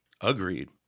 agreed